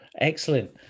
Excellent